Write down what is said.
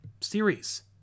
series